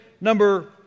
number